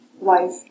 life